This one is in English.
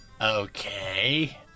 Okay